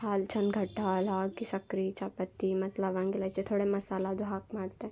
ಹಾಲು ಚಂದ ಗಟ್ಟಿ ಹಾಲು ಹಾಕಿ ಸಕ್ರೆ ಚಾಪತ್ತಿ ಮತ್ತು ಲವಂಗ ಇಲೈಚಿ ಥೊಡೆ ಮಸಾಲದ್ದು ಹಾಕಿ ಮಾಡ್ತಾರೆ